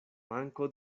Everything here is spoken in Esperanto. manko